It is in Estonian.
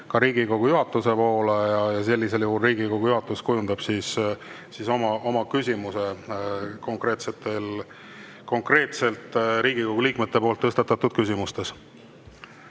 ka Riigikogu juhatuse poole ja sellisel juhul Riigikogu juhatus kujundab oma [seisukoha] konkreetselt Riigikogu liikmete tõstatatud küsimustes.